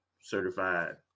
certified